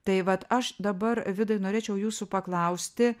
tai vat aš dabar vidai norėčiau jūsų paklausti